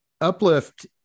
Uplift